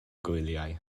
gwyliau